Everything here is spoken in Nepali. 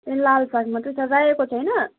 ए लालसाग मात्रै छ रायाको छैन